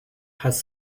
has